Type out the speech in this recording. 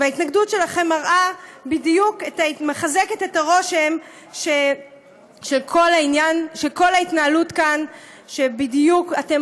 וההתנגדות שלכם מחזקת את הרושם שכל ההתנהלות כאן היא שאתם